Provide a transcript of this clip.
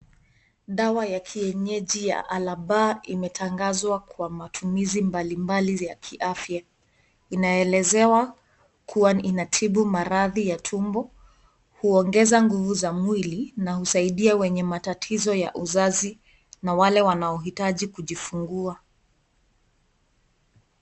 Dawa ya kienyeji ya Albaa imetangqzwa kwa matumizi mbalimbali za kiafya inaelezewa kuwa inatibu maradhi ya tumbo, huongeza nguvu za mawili na husaidia wenye matatizo ya uzazi na wale wanaohitaji kujifingua.